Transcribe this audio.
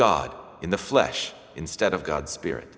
god in the flesh instead of god's spirit